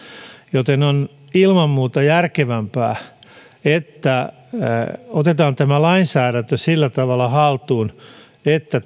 joten on ilman muuta järkevämpää että otetaan tämä lainsäädäntö sillä tavalla haltuun että